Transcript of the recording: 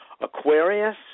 Aquarius